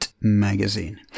magazine